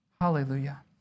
Hallelujah